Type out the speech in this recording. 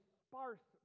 sparse